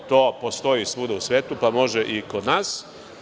To postoji svuda u svetu, pa može i kod nas.